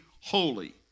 holy